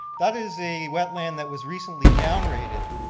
that is a wetland that was recently down rated,